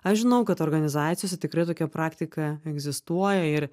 aš žinau kad organizacijose tikrai tokia praktika egzistuoja ir